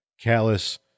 callous